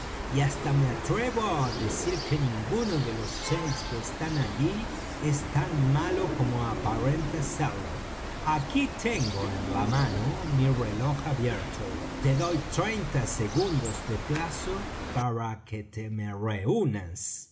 y hasta me atrevo á decir que ninguno de los seis que están allí es tan malo como aparenta serlo aquí tengo en la mano mi reloj abierto te doy treinta segundos de plazo para que te